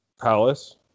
Palace